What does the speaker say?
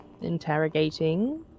Interrogating